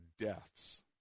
deaths